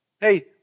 hey